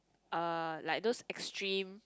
uh like those extreme